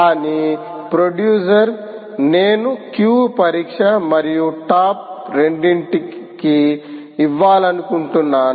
కానీ ప్రొడ్యూసర్ నేను క్యూ పరీక్ష మరియు టాప్ రెండింటికి ఇవ్వాలనుకుంటున్నాను